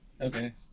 okay